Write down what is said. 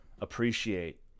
appreciate